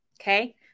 okay